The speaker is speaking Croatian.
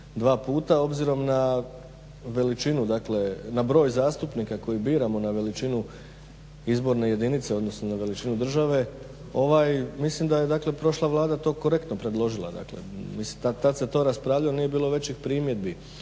dakle, na broj zastupnika koji biramo, na veličinu izborne jedinice, odnosno na veličinu države mislim da je dakle prošla Vlada to korektno predložila. Mislim tad se to raspravljalo, nije bilo većih primjedbi.